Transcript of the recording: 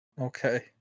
Okay